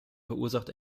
verursacht